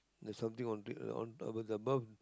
there's something on top it on above the berth